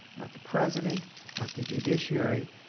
not the president, not the judiciary,